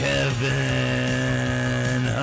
Kevin